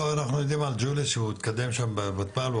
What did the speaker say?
אנחנו יודעים על ג'וליס שהוא התקדם שם בותמ"ל,